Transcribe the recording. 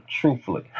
truthfully